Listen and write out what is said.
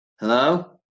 Hello